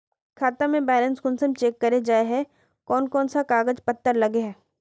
खाता में बैलेंस कुंसम चेक करे जाय है कोन कोन सा कागज पत्र लगे है?